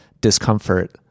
discomfort